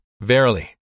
Verily